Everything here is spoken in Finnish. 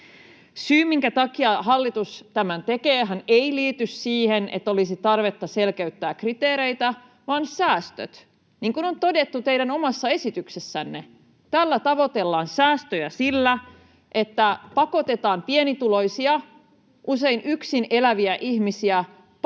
Syy, minkä takia hallitus tämän tekee, ei liity siihen, että olisi tarvetta selkeyttää kriteereitä, vaan säästöihin. Niin kuin on todettu teidän omassa esityksessänne, tällä tavoitellaan säästöjä, että pakotetaan pienituloisia, usein yksin eläviä ihmisiä pakkomuuttamaan